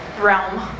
realm